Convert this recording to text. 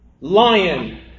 lion